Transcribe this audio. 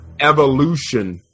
evolution